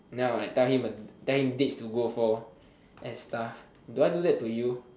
then I will like tell him uh tell him dates to go for and stuff do I do that to you